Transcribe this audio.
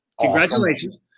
Congratulations